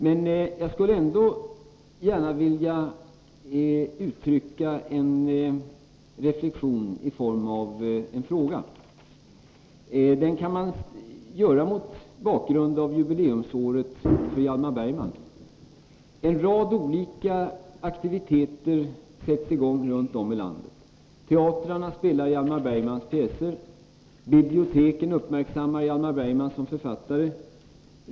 Men jag skulle ändå gärna vilja uttrycka en reflexion i form av en fråga. Det kan man göra mot bakgrund av jubileumsåret för Hjalmar Bergman. En rad olika aktiviteter sätts i gång runt om i landet. Teatrarna spelar Hjalmar Bergmans pjäser. Biblioteken uppmärksammar Hjalmar Bergman som författare.